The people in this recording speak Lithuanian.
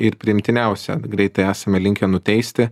ir priimtiniausia greitai esame linkę nuteisti